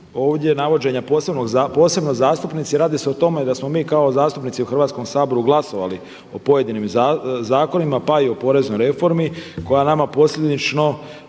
ovdje navođenja „posebno zastupnici“, radi se o tome da smo mi kao zastupnici u Hrvatskom saboru glasovali o pojedinim zakonima pa i o poreznoj reformi koja nama posljedično